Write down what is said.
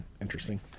interesting